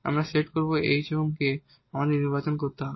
আমরা সেট করব কারণ h এবং k আমাদের নির্বাচন করতে হবে